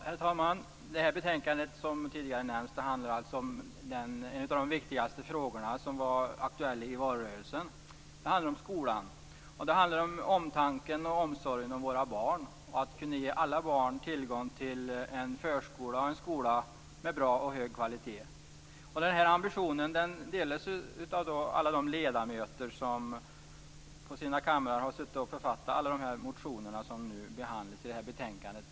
Herr talman! Detta betänkande handlar, som tidigare nämnts, om en av de viktigaste frågorna som var aktuella i valrörelsen, nämligen om skolan. Det handlar om omtanken och omsorgen om våra barn och om att kunna ge alla barn tillgång till en förskola och skola med bra/hög kvalitet. Den ambitionen delas av alla ledamöter som på sina kamrar har suttit och författat alla motioner som behandlas i det här betänkandet.